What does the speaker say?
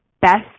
best